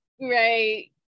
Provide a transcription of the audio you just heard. Right